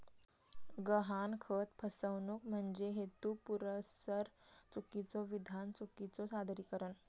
गहाणखत फसवणूक म्हणजे हेतुपुरस्सर चुकीचो विधान, चुकीचो सादरीकरण